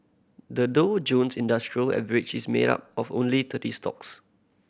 the Dow Jones Industrial Average is made up of only thirty stocks